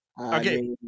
okay